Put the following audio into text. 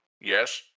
yes